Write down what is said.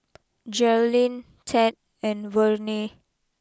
Jerilyn Ted and Verne